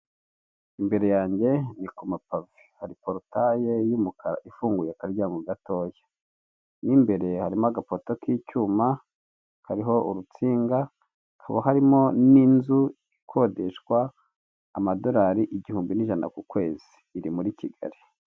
Imbere yanjye ni kumapave, hari porutaye y'umukara ifunguye akaryango gatoya, mu imbere harimo agapata k'icyuma kariho urutsinga hakaba harimo n'inzu ikodeshwa amadorari igihumbi n'ijana ku kwezi iri muri kigali.